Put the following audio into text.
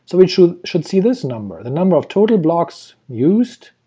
so we should should see this number, the number of total blocks used,